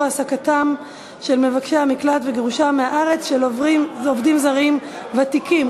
העסקתם של מבקשי המקלט וגירושים מהארץ של עובדים זרים ותיקים.